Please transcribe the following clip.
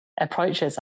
approaches